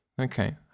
Okay